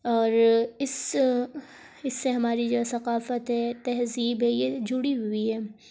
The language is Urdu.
اور اس اس سے ہماری جو ثقافت ہے تہذیب ہے یہ جڑی ہوئی ہے